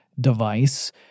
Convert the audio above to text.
device